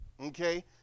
okay